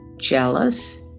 jealous